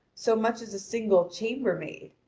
so much as a single chamber-maid.